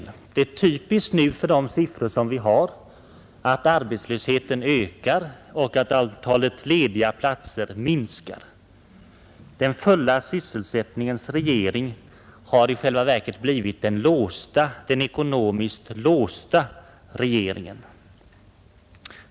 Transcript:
Det är typiskt för de siffror vi nu får att arbetslösheten ökar och att antalet lediga platser minskar. ”Den fulla sysselsättningens regering” har i själva verket blivit ”den ekonomiskt låsta regeringen”.